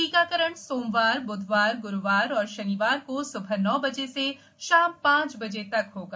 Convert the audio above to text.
टीकाकरण सोमवार बुधवार गुरुवार और शनिवार को स्बह नौ बजे से शाम पांच बजे तक होगा